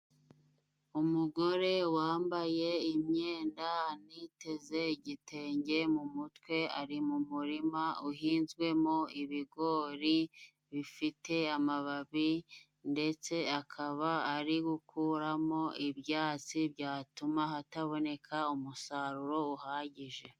Umugore wambaye imyenda aniteze igitenge mu mutwe, ari mu murima uhinzwemo ibigori bifite amababi ndetse akaba ari gukuramo ibyatsi byatuma hataboneka umusaruro uhagije.